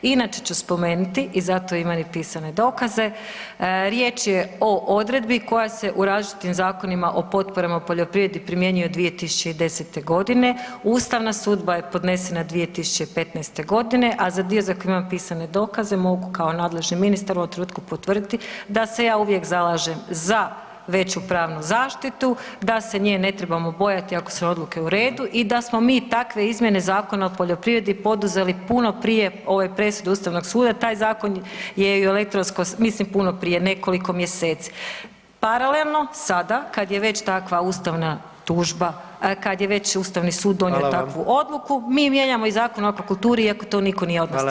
Inače ću spomenuti i za to imam i pisane dokaze, riječ je o odredbi u različitim zakonima o potporama u poljoprivredni primjenjuje od 2010. godine, ustavna sudba je podnesena 2015. godine, a za dio za koji imam pisane dokaze mogu kao nadležni ministar u ovom trenutku potvrditi da se ja uvijek zalažem za veću pravnu zaštitu, da se nje ne trebamo bojati ako su odluke u redu i da smo mi takve izmjene Zakona o poljoprivredi poduzeli puno prije ove presude Ustavnog suda, taj zakon je i u, mislim puno prije, nekoliko mjeseci paralelno sada kada je već takva ustavna tužba, kada je već Ustavni sud donio takvu odluku mi mijenjamo i Zakon o akvakulturi iako to nitko nije od nas tražio.